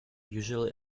usually